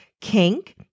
kink